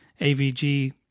AVG